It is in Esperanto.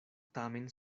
tamen